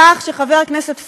כך ש, חבר הכנסת פורר,